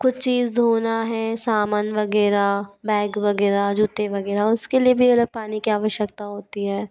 कुच चीज़ धोना है सामान वग़ैरह बैग वग़ैरह जूते वग़ैरह उसके लिए भी अलग पानी की आवश्यकता होती है